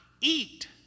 eat